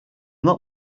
not